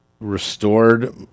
restored